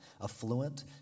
affluent